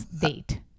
date